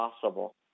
possible